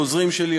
העוזרים שלי,